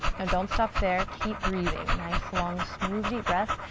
and don't stop there, keep breathing. nice long smooth deep breaths.